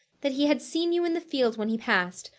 that he had seen you in the field when he passed,